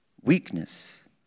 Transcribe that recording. weakness